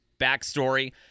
backstory